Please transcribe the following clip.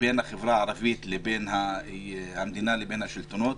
בין החברה הערבית לבין המדינה והשלטונות.